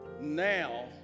now